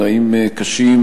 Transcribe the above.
בתנאים קשים,